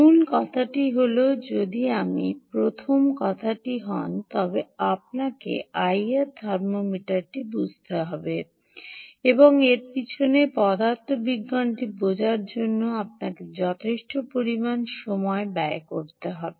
মূল কথাটি হল যদি আপনি বলেন প্রথম কথাটি হল তবে আপনাকে আইআর থার্মোমিটারটি বুঝতে হবে এবং এর পিছনে পদার্থবিজ্ঞানটি বোঝার জন্য আপনাকে যথেষ্ট পরিমাণ সময় ব্যয় করতে হবে